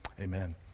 amen